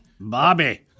Bobby